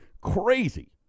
crazy